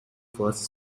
first